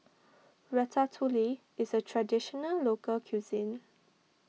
Ratatouille is a Traditional Local Cuisine